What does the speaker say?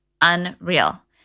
unreal